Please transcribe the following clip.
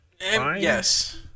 yes